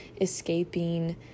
escaping